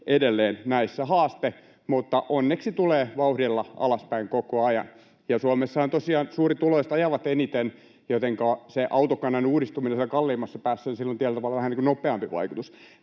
edelleen näissä haaste, mutta onneksi se tulee vauhdilla alaspäin koko ajan. Ja Suomessahan tosiaan suurituloiset ajavat eniten, jotenka sillä autokannan uudistumisella siellä kalliimmassa päässä on tavallaan vähän nopeampi vaikutus.